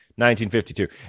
1952